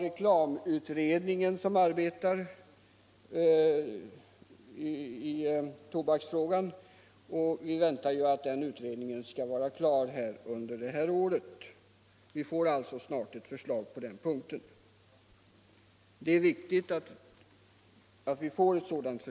Reklamutredningen arbetar med tobaksfrågan, och vi väntar att utredningen skall bli färdig under detta år; vi får alltså snart ett förslag på den punkten, och det är viktigt.